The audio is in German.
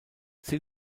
sie